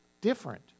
different